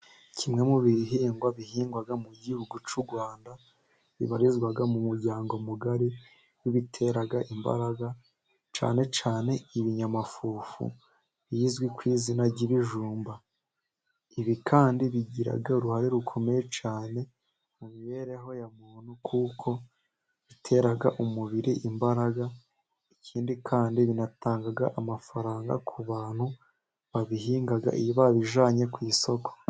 Kimwe mu bihingwa bihingwa mu gihugu cy'u Rwanda, bibarizwa mu muryango mugari w'ibitera imbaraga, cyane cyane ibinyamafufu bizwi ku izina ry'ibijumba. Ibi kandi bigira uruhare rukomeye cyane mu mibereho ya muntu, kuko bitera umubiri imbaraga, ikindi kandi binatanga amafaranga ku bantu babihinga iyo babijyanye ku isoko.